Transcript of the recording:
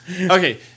Okay